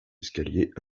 escaliers